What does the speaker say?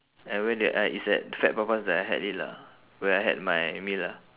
uh where did I it's at fat papas that I had it lah where I had my meal lah